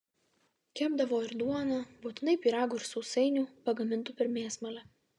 kepdavo ir duoną būtinai pyragų ir sausainių pagamintų per mėsmalę